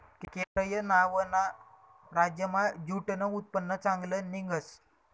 केरय नावना राज्यमा ज्यूटनं उत्पन्न चांगलं निंघस